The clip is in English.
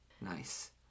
Nice